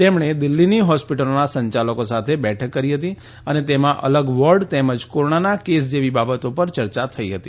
તેમણે દિલ્હીની હોસ્પિટલોના સંચાલકો સાથે બેઠક કરી હતી અને તેમાં અલગ વોર્ડ કોરોનાના કેસ જેવી બાબતો પર ચર્ચા થઇ હતી